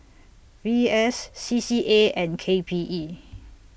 V S C C A and K P E